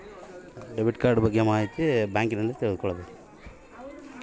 Debit card ಬಗ್ಗೆ ಮಾಹಿತಿಯನ್ನ ಎಲ್ಲಿ ತಿಳ್ಕೊಬೇಕು?